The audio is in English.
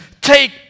Take